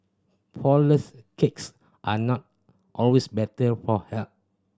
flourless cakes are not always better for health